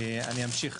אמשיך.